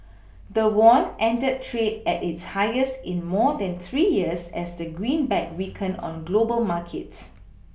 the won ended trade at its highest in more than three years as the greenback weakened on global markets